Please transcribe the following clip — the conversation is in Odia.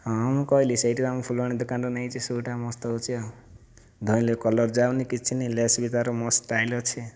ହଁ ମୁଁ କହିଲି ସେଠୁ ଆମ ଫୁଲବାଣୀ ଦୋକାନରୁ ନେଇଛି ସୁ'ଟା ମସ୍ତ ହେଉଛି ଆଉ ଧୋଇଲେ କଲର ଯାଉନାହିଁ କିଛି ନାହିଁ ଲେସ୍ ବି ତା'ର ମସ୍ତ ଷ୍ଟାଇଲ୍ ଅଛି